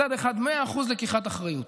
מצד אחד מאה אחוז לקיחת אחריות,